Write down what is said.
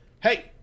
Hey